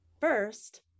first